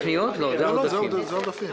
לא עשינו כלום מבחינה טכנית,